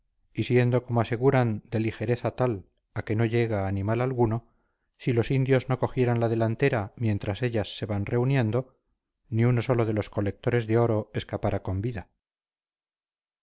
y siendo como aseguran de ligereza tal a que no llega animal alguno si los indios no cogieran la delantera mientras ellas se van reuniendo ni uno solo de los colectores de oro escapara con vida